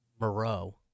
Moreau